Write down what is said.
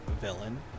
villain